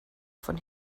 von